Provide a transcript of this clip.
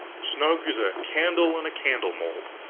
snug as a candle in a candle-mould.